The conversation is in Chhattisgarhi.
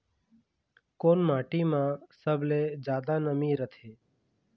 कोन माटी म सबले जादा नमी रथे?